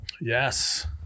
yes